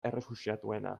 errefuxiatuena